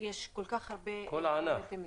יש כל כך הרבה היבטים מסביב.